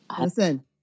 Listen